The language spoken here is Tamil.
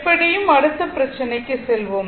எப்படியும் அடுத்த பிரச்சினைக்கு செல்வோம்